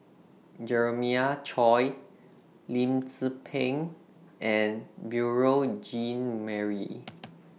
Jeremiah Choy Lim Tze Peng and Beurel Jean Marie